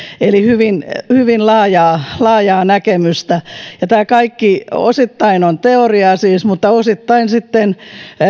eli tarvitaan hyvin laajaa laajaa näkemystä tämä kaikki on siis osittain teoriaa mutta osittain sitten